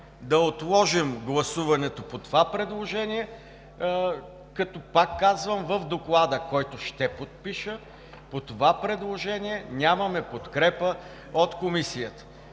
да отложим гласуването по това предложение, като, пак казвам, в доклада, който ще подпиша, по това предложение нямаме подкрепа от Комисията: